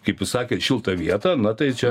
kaip jūs sakėt šiltą vietą na tai čia